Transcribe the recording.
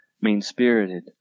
mean-spirited